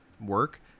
work